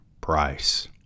Price